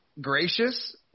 gracious